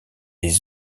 les